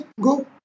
go